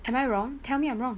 am I wrong tell me I'm wrong